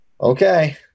Okay